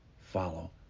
follow